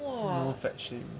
!wah!